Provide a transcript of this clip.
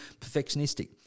perfectionistic